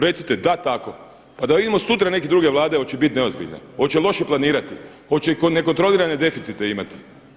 Recite da tako, pa da vidimo sutra neke druge Vlade hoće li bit neozbiljne, hoće li loše planirati, hoće li nekontrolirane deficite imati.